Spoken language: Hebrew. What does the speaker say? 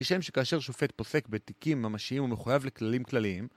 ששם שכאשר שופט פוסק בתיקים ממשיים הוא מחויב לכללים כלליים